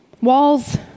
Walls